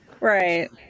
Right